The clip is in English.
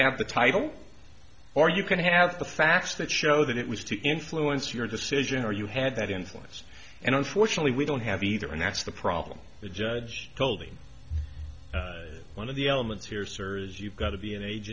have the title or you can have the facts that show that it was to influence your decision or you had that influence and unfortunately we don't have either and that's the problem the judge building one of the elements here sir is you've got to be an age